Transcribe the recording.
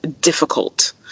difficult